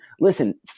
Listen